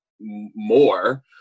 more